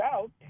out